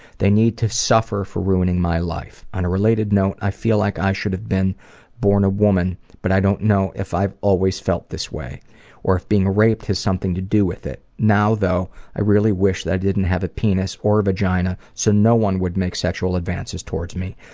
they need to suffer for ruing my life. on a related note, i feel like i should have been born a woman. but i don't know if i've always felt this way or being raped has something to do with it. now though, i really wish i didn't have a penis or vagina so no one would make sexual advances towards me.